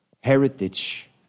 heritage